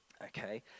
Okay